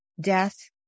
death